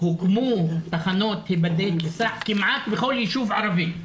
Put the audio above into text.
הוקמו תחנות "היבדק וסע" כמעט בכל ישוב ערבי,